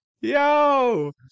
Yo